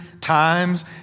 times